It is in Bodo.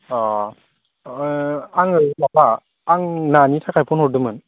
अ आङो माबा आं नानि थाखाय फ'न हरदोंमोन